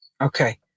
Okay